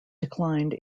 declined